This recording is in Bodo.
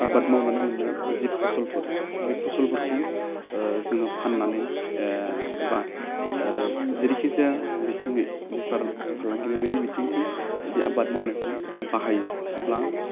आबाद मावनानै मोननाय जि फसलफोर बे फलसफोरखौ ओह जोङो फाननानै ओह एबा ओह जेरैखिजाया बिथिङै बेफार फालांगिरि बेबायदि बिथिंखै जुदि आबाद मावनायखौ बाहायो अब्ला